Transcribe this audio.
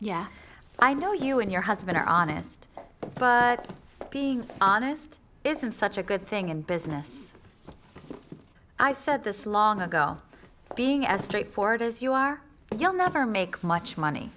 yeah i know you and your husband are honest but being honest isn't such a good thing in business i said this long ago but being as straightforward as you are you'll never make much money